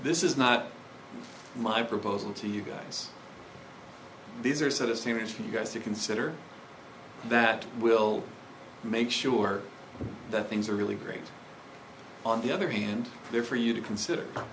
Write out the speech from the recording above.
this is not my proposal to you guys these are sort of serious for you guys to consider that will make sure that things are really great on the other hand there for you to consider